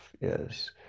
yes